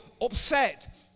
upset